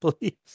please